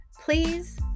please